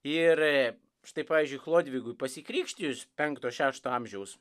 ir štai pavyzdžiui chlodvigui pasikrikštijus penkto šešto amžiaus